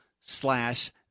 slash